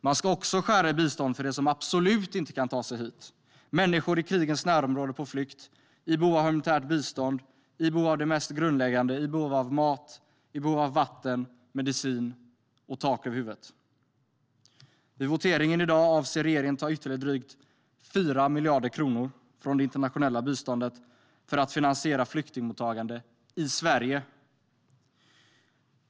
Man ska också skära i biståndet för dem som absolut inte kan ta sig hit - människor i krigens närområde på flykt - i behov av humanitärt bistånd, i behov av det mest grundläggande, i behov av mat, vatten, medicin och tak över huvudet. Vid voteringen i dag avser regeringen att få mandat för att ta ytterligare drygt 4 miljarder kronor från det internationella biståndet för att finansiera flyktingmottagande i Sverige.